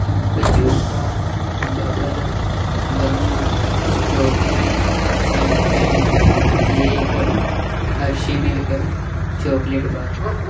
Bazooka bubble gum strawberry champagne cake Hershey milk chocolate bar